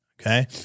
okay